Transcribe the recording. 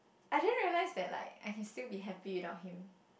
I didn't realize that like I can still be happy without him